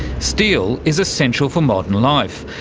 steel is essential for modern life,